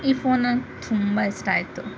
ಈ ಫೋನ್ ನಂಗೆ ತುಂಬ ಇಷ್ಟ ಆಯಿತು